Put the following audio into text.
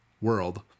world